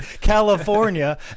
California